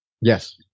Yes